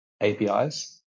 APIs